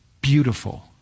beautiful